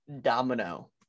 domino